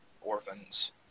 orphans